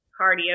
cardio